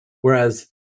whereas